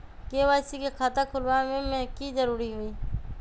KYC के खाता खुलवा में की जरूरी होई?